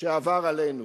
שעבר עלינו,